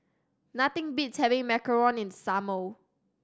nothing beats having macaron in the summer